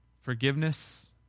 forgiveness